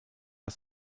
das